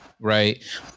right